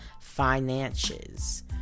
finances